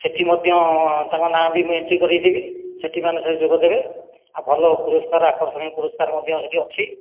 ସେଠି ମଧ୍ୟ ତାଙ୍କ ନାଁ ବି ମୁଁ ଏଣ୍ଟ୍ରି କରେଇଦେବି ସେଠି ମାନେ ସେ ଯୋଗଦେବେ ଆଉ ଭଲ ପୁରସ୍କାର ଆକର୍ଷଣୀୟ ପୁରସ୍କାର ମଧ୍ୟ ସେଠିଅଛି